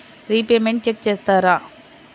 Repayments check చేస్తారా?